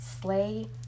Slay